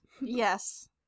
yes